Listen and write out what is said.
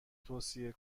توصیه